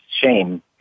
shame